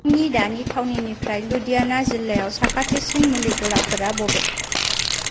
आंनि दानि थावनिनिफ्राय लुधियाना जिल्लायाव साखाथिसिन मुलिनि गलाफोरा बबे